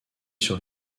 sur